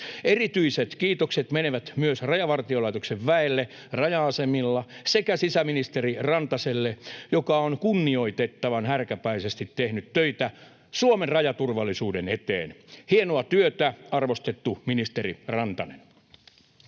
Erityiset kiitokset menevät myös Rajavartiolaitoksen väelle raja-asemilla sekä sisäministeri Rantaselle, joka on kunnioitettavan härkäpäisesti tehnyt töitä Suomen rajaturvallisuuden eteen. Hienoa työtä, arvostettu ministeri Rantanen.